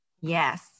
Yes